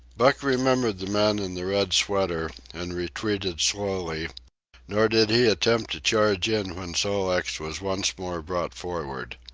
buck remembered the man in the red sweater, and retreated slowly nor did he attempt to charge in when sol-leks was once more brought forward.